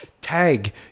tag